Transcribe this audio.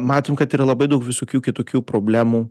matom kad yra labai daug visokių kitokių problemų